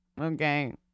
okay